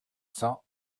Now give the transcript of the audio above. cent